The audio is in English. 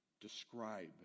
describe